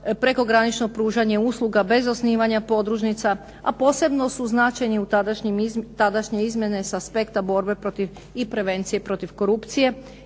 prekogranično pružanje usluga bez osnivanja podružnica a posebno su značajni tadašnje izmjene sa aspekta borbe protiv i prevencije i protiv korupcije